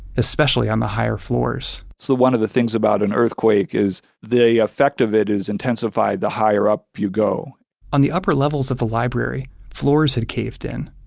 especially on the higher floors so one of the things about an earthquake is the effect of it is intensified the higher up you go on the upper levels of the library, floors had caved in.